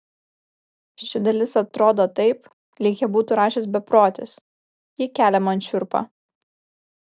ši dalis atrodo taip lyg ją būtų rašęs beprotis ji kelia man šiurpą